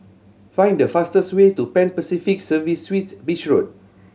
find the fastest way to Pan Pacific Serviced Suites Beach Road